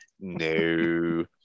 No